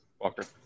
Walker